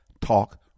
Talk